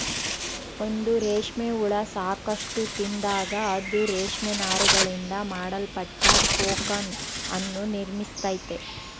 ಒಂದು ರೇಷ್ಮೆ ಹುಳ ಸಾಕಷ್ಟು ತಿಂದಾಗ, ಅದು ರೇಷ್ಮೆ ನಾರುಗಳಿಂದ ಮಾಡಲ್ಪಟ್ಟ ಕೋಕೂನ್ ಅನ್ನು ನಿರ್ಮಿಸ್ತೈತೆ